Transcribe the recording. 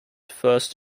first